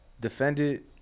defended